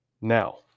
Now